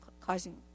causing